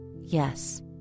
yes